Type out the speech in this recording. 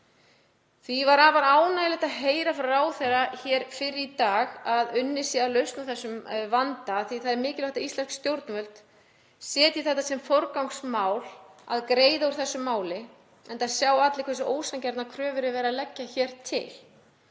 Því var afar ánægjulegt að heyra frá ráðherra hér fyrr í dag að unnið sé að lausn á þessum vanda. Það er mikilvægt að íslensk stjórnvöld setji sem forgangsmál að greiða úr þessu máli, enda sjá allir hversu ósanngjarnar kröfur er verið að leggja hér til